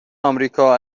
آمریکا